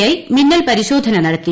I മിന്നൽ പരിശോധന നടത്തി